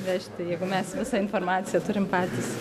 veži jeigu mes visą informaciją turime patys